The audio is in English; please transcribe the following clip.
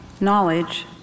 Knowledge